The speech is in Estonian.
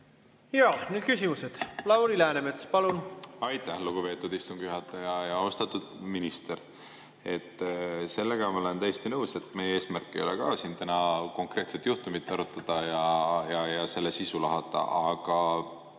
Nüüd küsimused. Lauri Läänemets, palun! Aitäh, lugupeetud istungi juhataja! Austatud minister! Sellega ma olen täiesti nõus, et meie eesmärk ei ole siin täna konkreetset juhtumit arutada ja selle sisu lahata, aga